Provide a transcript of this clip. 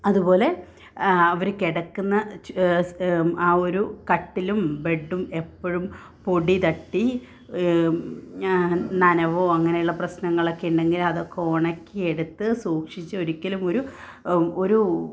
അതുപോലെ അവർ കിടക്കുന്ന ആ ഒരു കട്ടിലും ബെഡ്ഡും എപ്പോഴും പൊടി തട്ടി നനവോ അങ്ങനെയുള്ള പ്രശ്നങ്ങളൊക്കെ ഉണ്ടെങ്കിൽ അതൊക്കെ ഉണക്കി എടുത്ത് സൂക്ഷിച്ച് ഒരിക്കലും ഒരു ഒരു